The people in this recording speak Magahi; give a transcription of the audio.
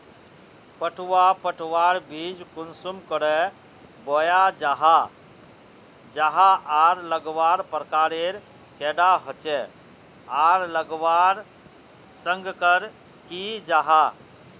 पटवा पटवार बीज कुंसम करे बोया जाहा जाहा आर लगवार प्रकारेर कैडा होचे आर लगवार संगकर की जाहा?